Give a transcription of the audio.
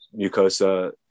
mucosa